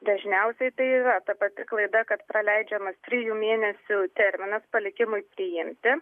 dažniausiai tai yra ta pati klaida kad praleidžiamas trijų mėnesių terminas palikimui priimti